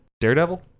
Daredevil